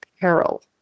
peril